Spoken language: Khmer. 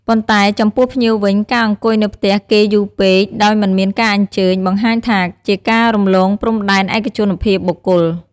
ប៉ុន្តែចំពោះភ្ញៀវវិញ ការអង្គុយនៅផ្ទះគេយូរពេកដោយមិនមានការអញ្ជើញ បង្ហាញថាជាការរំលងព្រំដែនឯកជនភាពបុគ្គល។